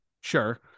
sure